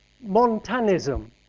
Montanism